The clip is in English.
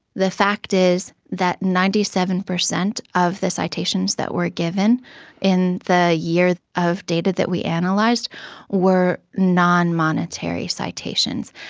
the fact is that ninety seven percent of the citations that were given in the year of data that we analysed and like were non-monetary citations.